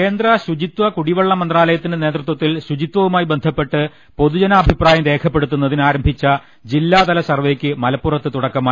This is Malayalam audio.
കേന്ദ്ര ശുചിത്വ കുടിവെള്ള മന്ത്രാലയത്തിന്റെ നേതൃത്വത്തിൽ ശുചിത്വവുമായി ബന്ധപ്പെട്ട് പൊതുജനാഭിപ്രായം രേഖപ്പെടുത്തുന്നതിന് ആരംഭിച്ച ജില്ലാതല സർവേക്ക് മലപ്പുറത്ത് തുടക്കമായി